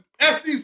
SEC